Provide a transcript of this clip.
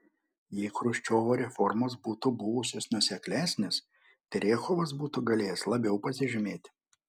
jei chruščiovo reformos būtų buvusios nuoseklesnės terechovas būtų galėjęs labiau pasižymėti